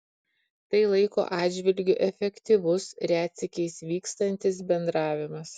tai laiko atžvilgiu efektyvus retsykiais vykstantis bendravimas